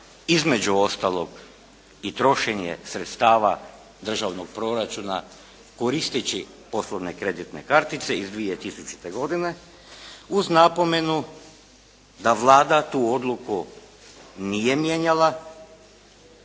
između ostalog i trošenje sredstava državnog proračuna koristeći poslovne kreditne kartice iz 2000. godine uz napomenu da Vlada tu odluku nije mijenjala.